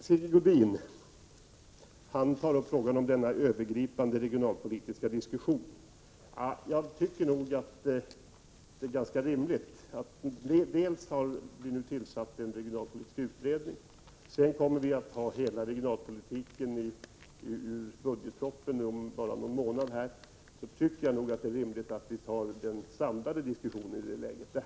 Sigge Godin återkom till frågan om en övergripande regionalpolitisk diskussion. Dels har det nu tillsatts en regionalpolitisk utredning, dels kommer vi att diskutera regionalpolitiken med anledning av budgetpropositionen om bara någon månad, och då tycker jag att det är rimligt att vi tar den samlade diskussionen vid det tillfället.